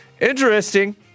Interesting